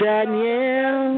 Daniel